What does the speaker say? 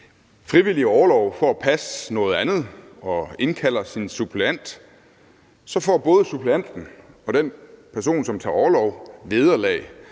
frivillig orlov for at passe noget andet og indkalder sin suppleant, får både suppleanten og den person, som tager orlov, vederlag,